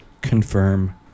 Confirm